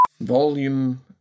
Volume